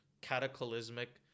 cataclysmic